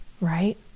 Right